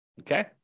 okay